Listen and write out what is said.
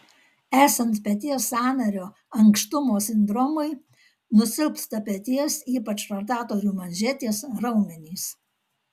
esant peties sąnario ankštumo sindromui nusilpsta peties ypač rotatorių manžetės raumenys